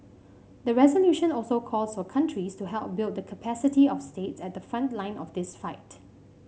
the resolution also calls for countries to help build the capacity of states at the front line of this fight